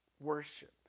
worship